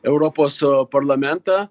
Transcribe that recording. europos parlamentą